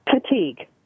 Fatigue